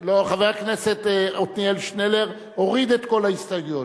חבר הכנסת עתניאל שנלר הוריד את כל ההסתייגויות.